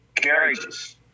Carriages